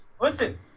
Listen